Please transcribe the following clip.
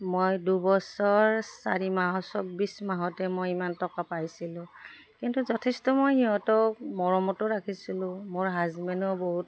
মই দুবছৰ চাৰি মাহত চৌব্বিছ মাহতে মই ইমান টকা পাইছিলোঁ কিন্তু যথেষ্ট মই সিহঁতক মৰমতো ৰাখিছিলোঁ মোৰ হাজবেণ্ডো বহুত